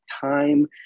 time